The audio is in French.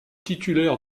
titulaire